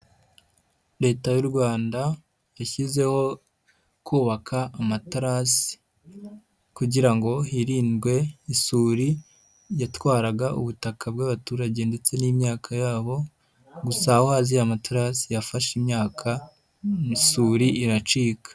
Leta y'u Rwanda yashyizeho kubaka amaterasi kugira ngo hirindwe isuri yatwaraga ubutaka bw'abaturage ndetse n'imyaka yabo gusa aho haziye amaterasi yafashe imyaka n'isuri iracika.